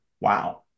Wow